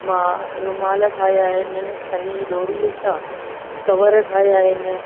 मां रुमाल ठाहिया आहिनि सन्ही ॾोरीअ सां कवर ठाहिया आहिनि